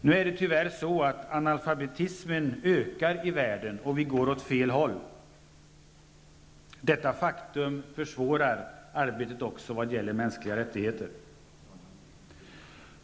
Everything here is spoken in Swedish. Nu är det tyvärr så, att analfabetismen ökar i världen, och vi går åt fel håll. Detta faktum försvårar också arbetet för mänskliga rättigheter.